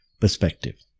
perspective